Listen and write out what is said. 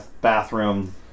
bathroom